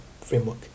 framework